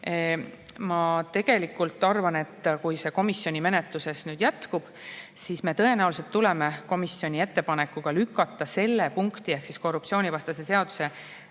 Ma tegelikult arvan, et kui selle [eelnõu] menetlus komisjonis jätkub, siis me tõenäoliselt tuleme komisjoni ettepanekuga lükata selle punkti ehk korruptsioonivastase seaduse